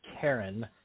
Karen